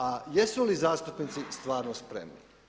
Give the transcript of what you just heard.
A jesu li zastupnici stvarno spremni?